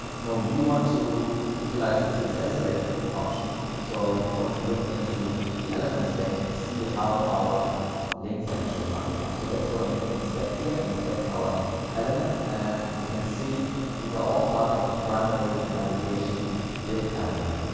now, we want to utilize the css selector option. so we want to look into the elements pane and see how our links actually marked up. so let's go and inspect here and inspect our element. and we can see these are all part of the primary navigation div element.